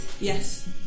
Yes